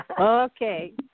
Okay